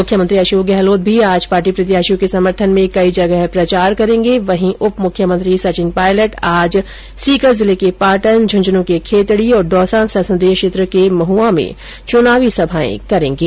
मुख्यमंत्री अशोक गहलोत भी आज पार्टी प्रत्याशियों के समर्थन में कई जगह प्रचार करेंगे वहीं उप मुख्यमंत्री सचिन पायलट आज सीकर जिले के पाटन झुंझुनूं के खेतड़ी तथा दौसा संसदीय क्षेत्र के महआ में चुनावी सभाएं करेंगे